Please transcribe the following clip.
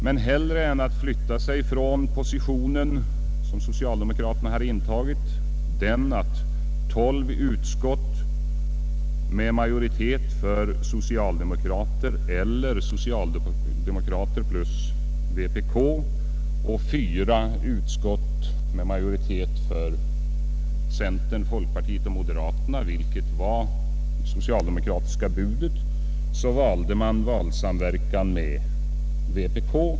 Men hellre än att flytta sig från den position som socialdemokraterna intagit — 12 utskott med majoritet för socialdemokrater eller socialdemokrater plus vpk och 4 utskott med majoritet för centern, folkpartiet och moderaterna — så valde man valsamverkan med vpk.